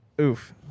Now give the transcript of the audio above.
oof